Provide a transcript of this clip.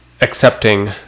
accepting